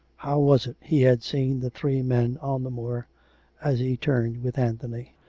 how was it he had seen the three men on the moor as he turned with anthony?